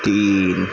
تین